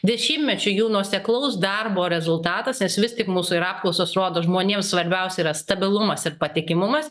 dešimtmečių jų nuoseklaus darbo rezultatas nes vis tik mūsų ir apklausos rodo žmonėm svarbiausia yra stabilumas ir patikimumas